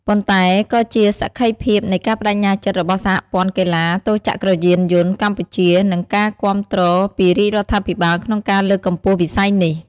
ប៉ុន្តែក៏ជាសក្ខីភាពនៃការប្ដេជ្ញាចិត្តរបស់សហព័ន្ធកីឡាទោចក្រយានយន្តកម្ពុជា និងការគាំទ្រពីរាជរដ្ឋាភិបាលក្នុងការលើកកម្ពស់វិស័យនេះ។